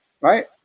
Right